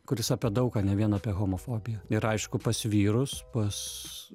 kuris apie daug ką ne vien apie homofobiją ir aišku pas vyrus pas